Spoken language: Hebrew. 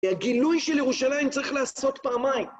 והגילוי של ירושלים צריך לעשות פעמיים.